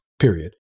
period